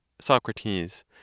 Socrates